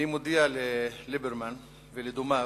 אני מודיע לליברמן ולדומיו,